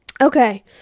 Okay